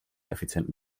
effizienten